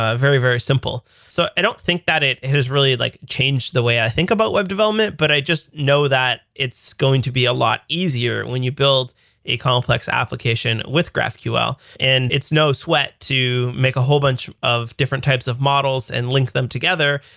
very, very simple. so i don't think that it has really like changed the way i think about web development. but i just know that it's going to be a lot easier when you build a complex application with graphql. and it's no sweat to make a whole bunch of different types of models and link them together.